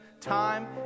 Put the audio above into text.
time